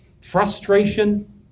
frustration